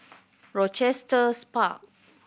Rochester's Park